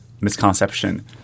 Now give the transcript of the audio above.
misconception